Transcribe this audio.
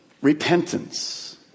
repentance